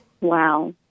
Wow